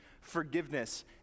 forgiveness